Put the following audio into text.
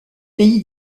pays